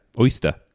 Oyster